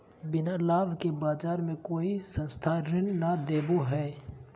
बिना लाभ के बाज़ार मे कोई भी संस्था ऋण नय देबो हय